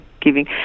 giving